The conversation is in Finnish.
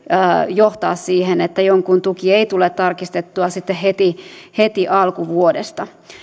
johtaa siihen että jonkun tuki ei tule tarkistettua sitten heti heti alkuvuodesta